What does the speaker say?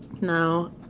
No